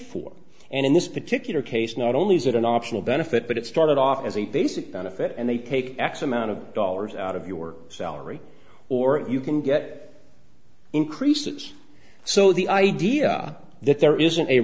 for and in this particular case not only is it an optional benefit but it started off as a basic benefit and they take x amount of dollars out of your salary or you can get increases so the idea that there isn't a